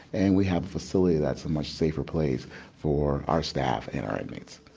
and we have a facility that's a much safer place for our staff and our inmates.